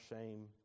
shame